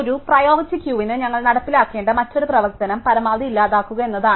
ഒരു പ്രിയോറിറ്റി ക്യൂവിന് ഞങ്ങൾ നടപ്പിലാക്കേണ്ട മറ്റൊരു പ്രവർത്തനം പരമാവധി ഇല്ലാതാക്കുക എന്നതാണ്